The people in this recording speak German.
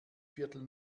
viertel